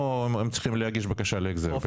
או שהם צריכים להגיש בקשה להחזר?